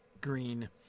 green